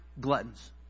gluttons